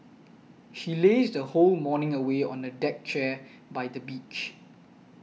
she lazed whole morning away on the deck chair by the beach